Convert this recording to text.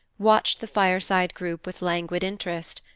watched the fireside group with languid interest,